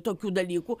tokių dalykų